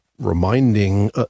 Reminding